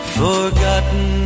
forgotten